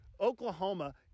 Oklahoma